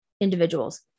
individuals